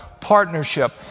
partnership